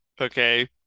okay